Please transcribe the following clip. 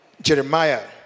Jeremiah